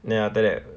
then after that